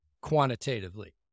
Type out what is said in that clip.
quantitatively